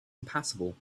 impassable